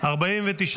לא נתקבלה.